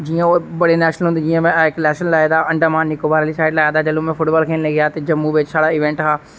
जियां और बडे़ नेशनल होंदे जियां में इक नेशनल लाए दा आंडोमान निकोबार आहली साइड लाए दा जदूं में फुटबाल खेलने गी गेआ ते जम्मू बिच साढ़ा इवेंट हा